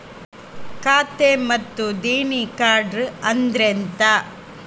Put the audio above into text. ಖಾತ್ರಿ ಮತ್ತೆ ದೇಣಿ ಕಾರ್ಡ್ ಅಂದ್ರೆ ಎಂತ?